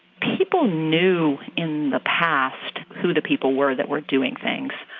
people knew in the past who the people were that were doing things.